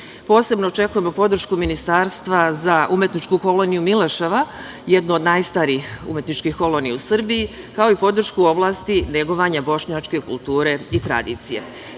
njoj. Posebno očekujemo podršku Ministarstva za umetničku koloniju „Mileševa“, jednu od najstarijih umetničkih kolonija u Srbiji, kao i podršku u oblasti negovanja bošnjačke kulture i tradicije. Da